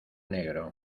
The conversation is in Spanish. negro